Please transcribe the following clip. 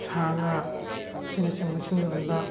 ꯁꯥ ꯉꯥ ꯑꯁꯤꯅꯆꯤꯡꯕꯁꯤꯡ ꯌꯣꯟꯕ